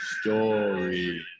story